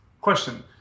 Question